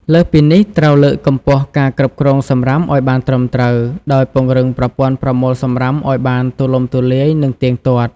លើសពីនេះត្រូវលើកកម្ពស់ការគ្រប់គ្រងសំរាមឱ្យបានត្រឹមត្រូវ ដោយពង្រឹងប្រព័ន្ធប្រមូលសំរាមឱ្យបានទូលំទូលាយ និងទៀងទាត់។